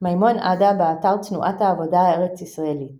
מימון עדה, באתר תנועת העבודה הישראלית